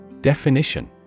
Definition